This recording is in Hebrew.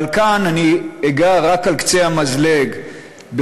אבל כאן אני אגע רק על קצה המזלג במדיניות